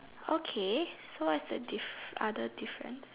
okay so what's the diff other difference